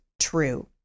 true